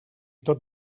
tot